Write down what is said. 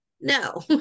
no